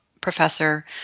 professor